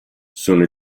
sono